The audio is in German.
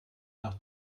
nach